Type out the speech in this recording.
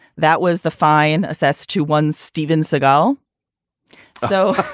that was the fine assessed to one steven seagal so